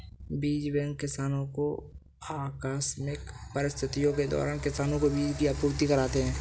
बीज बैंक किसानो को आकस्मिक परिस्थितियों के दौरान किसानो को बीज की आपूर्ति कराते है